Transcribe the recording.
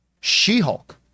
She-Hulk